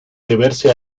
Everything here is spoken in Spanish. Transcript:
deberse